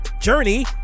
journey